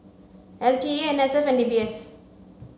l T A N S F and D B S